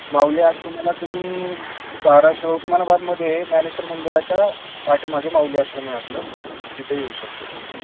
माऊली आश्रमाला तुम्ही धाराशिव उस्मानाबादमध्ये ज्ञानेश्वर मंदिराच्या पाठीमागे माऊली आश्रम आहे आपलं तिथे येऊ शकता तुम्ही